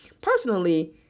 personally